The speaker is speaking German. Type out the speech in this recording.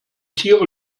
tiere